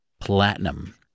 platinum